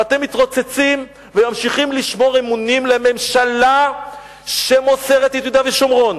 ואתם מתרוצצים וממשיכים לשמור אמונים לממשלה שמוסרת את יהודה ושומרון,